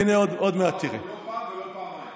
לא פעם ולא פעמיים.